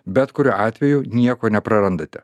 bet kuriuo atveju nieko neprarandate